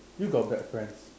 you got bad friends